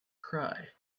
cry